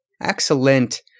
Excellent